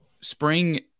spring